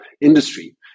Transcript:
industry